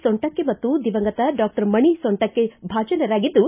ಸೊಂಟಕ್ಕೆ ಮತ್ತು ದಿವಂಗತ ಡಾಕ್ಟರ್ ಮಣಿ ಸೊಂಟಕ್ಕೆ ಭಾಜನರಾಗಿದ್ದು